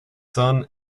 son